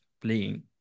playing